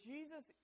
Jesus